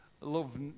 Love